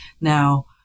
now